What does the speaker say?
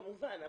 כמובן.